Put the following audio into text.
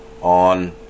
on